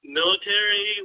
military